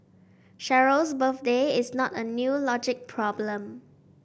Cheryl's birthday is not a new logic problem